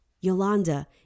Yolanda